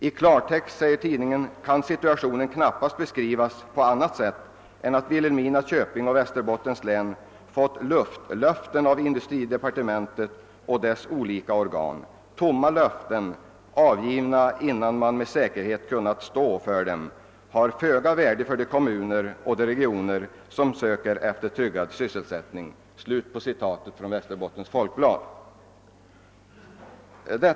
I klartext kan situationen knappast beskrivas på annat sätt än att Vilhelmina köping och Västerbottens län fått luftlöften av industridepartementet och dess olika organ. Tomma löften, avgivna innan man med säkerhet kunnat stå för dem, har föga värde för de kommuner och de regioner som söker efter tryggad sysselsättning.» Så skriver alltså Västerbottens Folkblad.